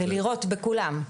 ולירות בכולם.